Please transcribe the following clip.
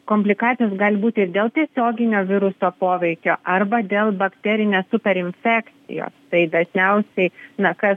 komplikacijos gali būti ir dėl tiesioginio viruso poveikio arba dėl bakterinės super infekcijos tai dažniausiai na kas